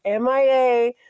MIA